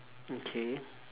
okay